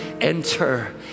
enter